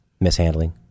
mishandling